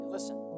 Listen